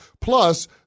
Plus